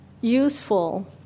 useful